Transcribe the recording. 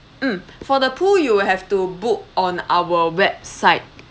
mm for the pool you will have to book on our website